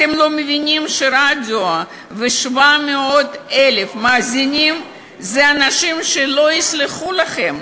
אתם לא מבינים שרדיו ו-700,000 מאזינים לא יסלחו לכם,